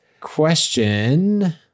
question